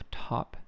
top